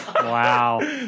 Wow